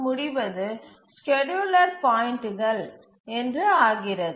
முடிவது ஸ்கேட்யூலர் பாயிண்ட்டுகள் என்று ஆகிறது